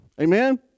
Amen